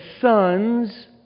sons